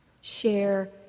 share